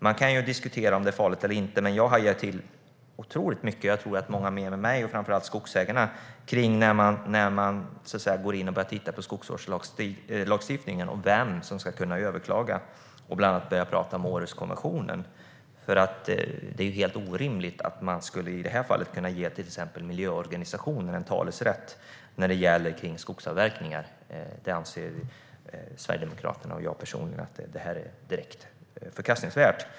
Man kan diskutera om det är farligt eller inte, men jag hajade till otroligt mycket, och jag tror att många med mig och framför allt skogsägarna gjorde det, när man ska gå in och börja titta på skogsvårdslagstiftningen och vem som ska kunna överklaga och då börjar prata om Århuskonventionen. Det är ju helt orimligt att man till exempel skulle kunna ge i det här fallet miljöorganisationerna talerätt när det gäller skogsavverkningar. Det anser Sverigedemokraterna och jag personligen är direkt förkastligt.